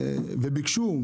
וביקשו,